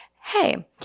Hey